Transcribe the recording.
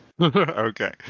Okay